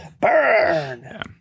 Burn